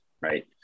right